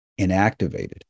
inactivated